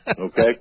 okay